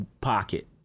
pocket